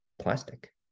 plastic